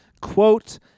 quote